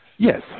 Yes